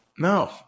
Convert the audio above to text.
No